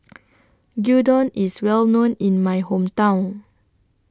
Gyudon IS Well known in My Hometown